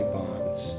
bonds